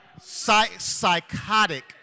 psychotic